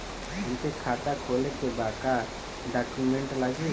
हमके खाता खोले के बा का डॉक्यूमेंट लगी?